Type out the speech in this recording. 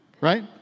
right